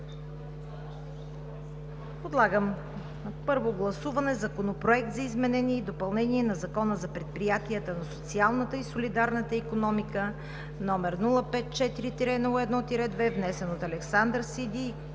Подлагам на първо гласуване Законопроект за изменение и допълнение на Закона за предприятията на социалната и солидарна икономика, № 054-01-2, внесен от Александър Сиди